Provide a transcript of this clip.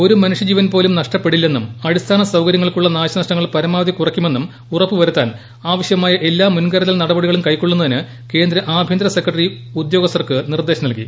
ഒരു മനുഷ്യ ജീവൻ പോലും നഷ്ടപ്പെടില്ലെന്നും അടിസ്ഥാന സൌകര്യങ്ങൾക്കുള്ള നാശ നഷ്ടങ്ങൾ പരമാവധി കുറയ്ക്കുമെന്നും ഉറപ്പുവരുത്താൻ ആവ ശ്യമായ എല്ലാ മുൻകരുതൽ നടപടികളുംകൈക്കൊള്ളുന്നതിന് കേ ന്ദ്ര ആഭ്യന്തര സെക്രട്ടറി ഉദ്യോഗസ്ഥർക്ക് നിർദ്ദേശം നൽകി